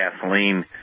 gasoline